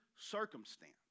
circumstance